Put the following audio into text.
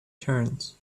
turns